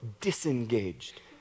disengaged